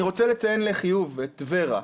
אני רוצה לציין לחיוב את ור"ה,